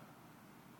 בסבלֹתם".